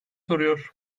soruyor